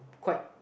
quite